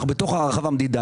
אנחנו בתוך ההערכה והמדידה.